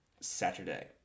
Saturday